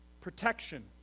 protection